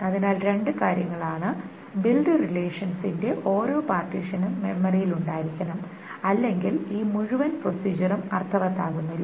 അതിനാൽ രണ്ട് കാര്യങ്ങളാണ് ബിൽഡ് റിലേഷൻസിന്റെ ഓരോ പാർട്ടീഷനും മെമ്മറിയിൽ ഉണ്ടായിരിക്കണം അല്ലെങ്കിൽ ഈ മുഴുവൻ പ്രൊസീജറും അർത്ഥവത്താകുന്നില്ല